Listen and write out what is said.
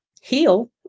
heal